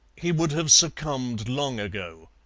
he would have succumbed long ago.